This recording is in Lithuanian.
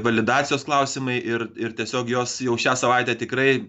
validacijos klausimai ir ir tiesiog jos jau šią savaitę tikrai